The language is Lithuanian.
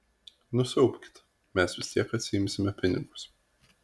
nusiaubkit mes vis tiek atsiimsime pinigus